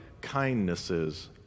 kindnesses